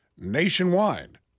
Nationwide